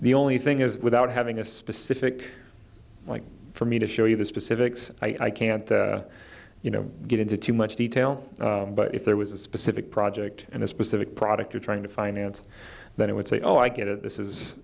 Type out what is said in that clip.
the only thing is without having a specific like for me to show you the specifics i can't you know get into too much detail but if there was a specific project and a specific product you're trying to finance then it would say oh i get it this is